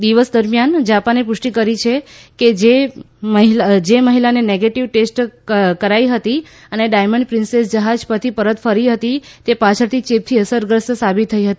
દરમિયાન જાપાને પુષ્ટી કરી છે કે જે મહિલાને નેગેટીવ ટેસ્ટ કરાઇ હતી અને ડાયમંડ પ્રિન્સેસ જહાજ પરથી પરત ફરી હતી તે પાછળથી ચેપથી અસરગ્રસ્ત સાબીત થઇ હતી